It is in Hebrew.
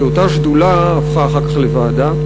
כי אותה שדולה הפכה אחר כך לוועדה,